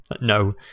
No